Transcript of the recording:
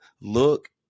look